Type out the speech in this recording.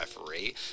referee